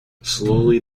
slowly